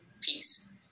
Peace